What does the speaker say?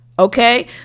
Okay